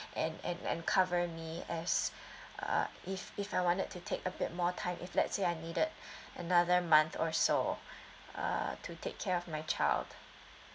and and and cover me as uh if if I wanted to take a bit more time if let's say I needed another month or so uh to take care of my child